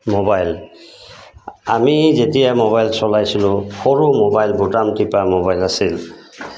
mobile আমি যেতিয়া mobile চলাইছিলোঁ সৰু মোবাইল বুটাম টিপা মোবাইল আছিল